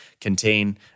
contain